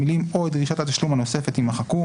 המילים "או את דרישת התשלום הנוספת" יימחקו,